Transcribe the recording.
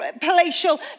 palatial